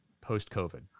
post-COVID